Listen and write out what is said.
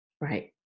Right